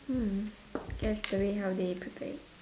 hmm guess the way how they prepare it